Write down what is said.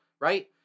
right